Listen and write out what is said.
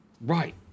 right